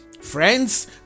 Friends